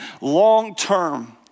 long-term